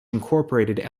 incorporated